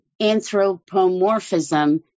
anthropomorphism